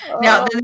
Now